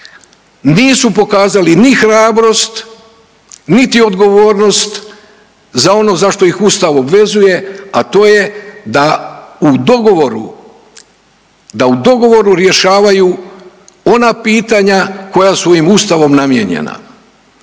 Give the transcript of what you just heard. nisu pokazali ni hrabrost, niti odgovornost za ono zašto ih Ustav obvezuje, a to je da u dogovoru, da u dogovoru rješavaju ona pitanja koja su im Ustavom namijenjena.